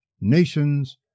nations